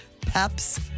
Pep's